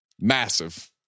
massive